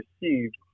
received